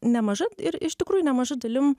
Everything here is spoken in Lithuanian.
nemaža ir iš tikrųjų nemaža dalim